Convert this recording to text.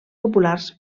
populars